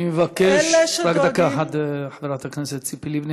רק דקה, חברת הכנסת ציפי לבני.